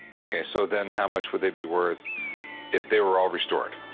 ok, so then how much would they be worth if they were all restored?